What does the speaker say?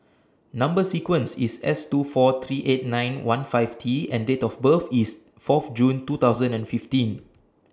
Number sequence IS S two four three eight nine one five T and Date of birth IS Fourth June two thousand and fifteen